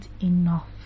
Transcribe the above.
enough